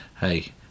Hey